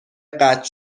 قطع